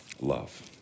love